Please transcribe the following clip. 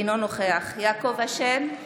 אינו נוכח יעקב אשר,